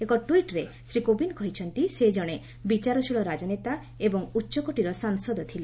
ଏକ ଟ୍ୱିଟ୍ରେ ଶ୍ରୀ କୋବିନ୍ଦ କହିଛନ୍ତି ସେ ଜଣେ ବିଚାରଶୀଳ ରାଜନେତା ଏବଂ ଉଚ୍ଚକୋଟୀର ସାଂସଦ ଥିଲେ